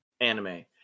anime